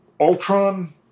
Ultron